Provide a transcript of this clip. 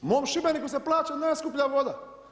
Mom Šibeniku se plaća najskuplja voda.